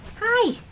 Hi